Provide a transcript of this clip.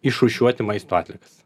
išrūšiuoti maisto atliekas